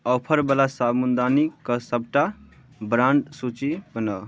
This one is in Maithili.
ऑफर बला साबुनदानी कऽ सबटा ब्राण्ड सूची बनाउ